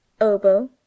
oboe